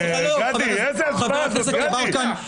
גדי, איזה דברים?